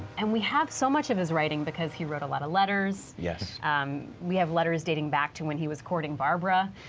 and we have so much of his writing, because he wrote a lot of letters. um we have letters dating back to when he was courting barbara.